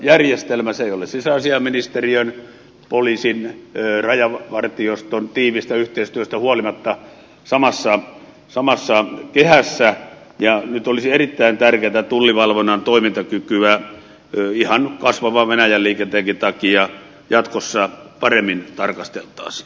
se ei ole sisäasiainministeriön poliisin rajavartioston tiiviistä yhteistyöstä huolimatta samassa kehässä ja nyt olisi erittäin tärkeätä että tullivalvonnan toimintakykyä ihan kasvavan venäjän liikenteenkin takia jatkossa paremmin tarkasteltaisiin